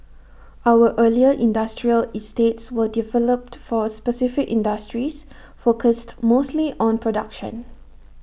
our earlier industrial estates were developed for specific industries focused mostly on production